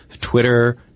Twitter